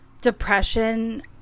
depression